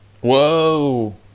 Whoa